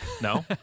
No